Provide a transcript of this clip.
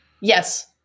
Yes